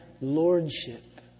lordship